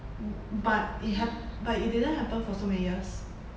but it hap~ but it didn't happen for so many years